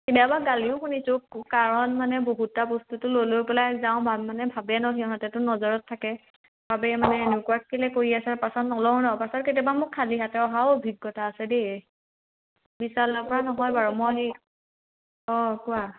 কেতিয়াবা গালিও শুনিছোঁ কু কাৰণ মানে বহুতটা বস্তুটো লৈ লৈ পেলাই যাওঁ ভান মানে ভাবে ন সিহঁতেতো নজৰত থাকে ভাবে মানে এনেকুৱা কিয় কৰি আছে পাছত নলওঁ ন পাছত কেতিয়াবা মোৰ খালি হাতে অহাও অভিজ্ঞতা আছে দেই বিছালৰ পৰা নহয় বাৰু মই সেই অঁ কোৱা